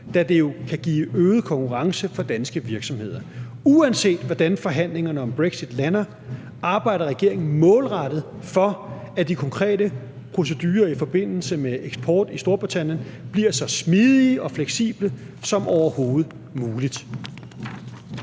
da det jo kan give øget konkurrence for danske virksomheder. Uanset hvordan forhandlingerne om brexit lander, arbejder regeringen målrettet for, at de konkrete procedurer i forbindelse med eksport til Storbritannien bliver så smidige og fleksible som overhovedet muligt.